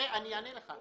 אענה לך.